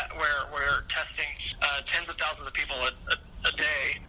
we're testing tens of thousands of people and a day.